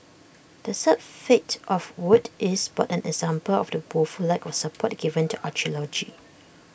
the sad fate of WoT is but an example of the woeful lack of support given to archaeology